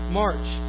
march